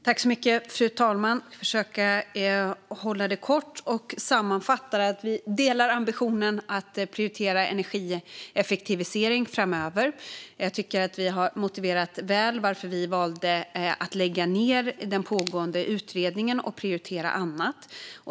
Fru talman! Jag ska försöka hålla det kort och sammanfatta. Vi delar ambitionen att prioritera energieffektivisering framöver. Jag tycker att vi har motiverat väl varför vi valde att lägga ned den pågående utredningen och prioritera annat.